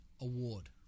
Award